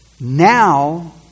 Now